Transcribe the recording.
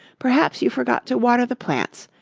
perhaps you forgot to water the plants.